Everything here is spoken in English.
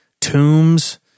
Tombs